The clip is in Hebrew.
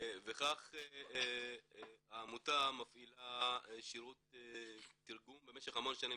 וכך העמותה מפעילה שירות תרגום במשך המון שנים,